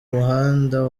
muhanda